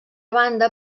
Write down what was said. banda